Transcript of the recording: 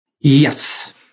Yes